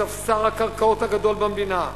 ספסר הקרקעות הגדול במדינה.